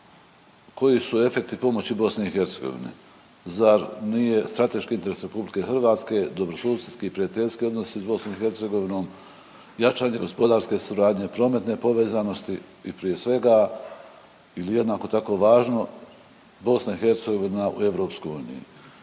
Koji su efekti pomoći BiH? Zar nije strateški interes RH dobrosusjedski i prijateljski odnosi s BiH, jačanje gospodarske suradnje, prometne povezanosti i prije svega ili jednako tako važno BiH u EU?